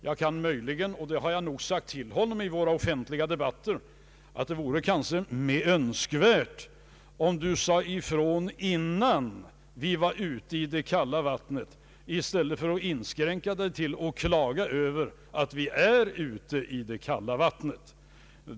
Jag har dock sagt till honom i våra offentliga debatter, att det vore önskvärt att han sade ifrån innan vi var ute i det kalla vattnet i stället för att inskränka sig till att klaga över att vi är ute i det kalla vattnet.